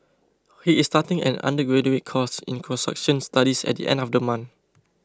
he is starting an undergraduate course in construction studies at the end of the month